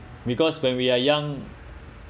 because when we are young